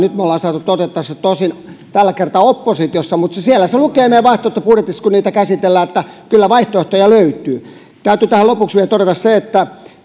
ja nyt me olemme saaneet toteuttaa sen tosin tällä kertaa oppositiossa mutta siellä se lukee meidän vaihtoehtobudjetissa kun niitä käsitellään että kyllä vaihtoehtoja löytyy täytyy tähän lopuksi vielä todeta se että